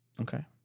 Okay